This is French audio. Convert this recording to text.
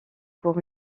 pour